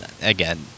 again